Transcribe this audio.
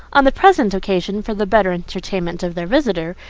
on the present occasion, for the better entertainment of their visitor,